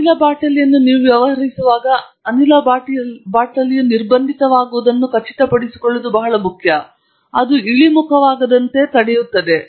ಆದ್ದರಿಂದ ಅನಿಲ ಬಾಟಲಿಯನ್ನು ನೀವು ವ್ಯವಹರಿಸುವಾಗ ಅನಿಲ ಬಾಟಲಿಯು ನಿರ್ಬಂಧಿತವಾಗುವುದನ್ನು ಖಚಿತಪಡಿಸಿಕೊಳ್ಳುವುದು ಬಹಳ ಮುಖ್ಯವಾದದ್ದು ಅದು ಇಳಿಮುಖವಾಗದಂತೆ ತಡೆಯುತ್ತದೆ